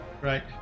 Right